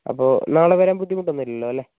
അപ്പോൾ നാളെ വരാന് ബുദ്ധിമുട്ടൊന്നും ഇല്ലല്ലോല്ലെ